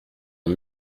ont